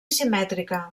simètrica